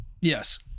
Yes